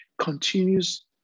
continues